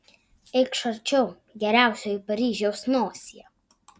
eikš arčiau geriausioji paryžiaus nosie